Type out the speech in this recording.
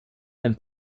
ein